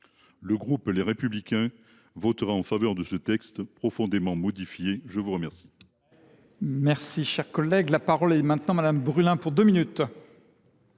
Le groupe Les Républicains votera en faveur de ce texte profondément modifié. Très bien